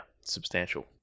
Substantial